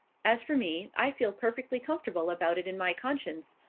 as for me, i feel perfectly comfortable about it in my conscience,